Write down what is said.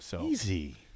Easy